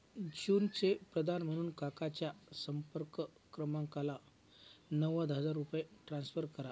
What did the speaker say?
जूनचे प्रदान म्हणून काकाच्या संपर्क क्रमांकाला नव्वद हजार रुपये ट्रान्स्फर करा